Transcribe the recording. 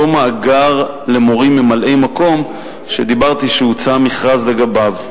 מאגר של מורים ממלאי-מקום שאמרתי שהוצא המכרז לגביו.